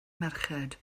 merched